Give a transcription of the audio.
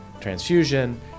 transfusion